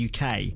UK